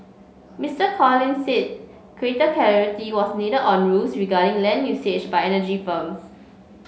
Mister Collins said greater clarity was needed on rules regarding land usage by energy firms